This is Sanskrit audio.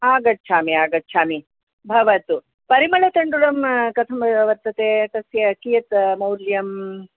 आगच्छामि आगच्छामि भवतु परिमलतण्डुलं कथं वर्तते तस्य कियत् मौल्यम्